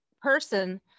person